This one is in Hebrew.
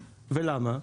ולמה?